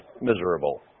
miserable